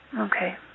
Okay